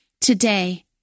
Today